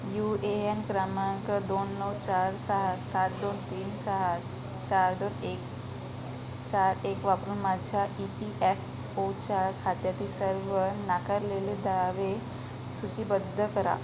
you A N क्रमांक दोन नऊ चार सहा सात दोन तीन सहा चार दोन एक चार एक वापरून माझ्या ई पी एफ ओच्या खात्यातील सर्व नाकारलेले दावे सूचीबद्ध करा